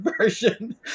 version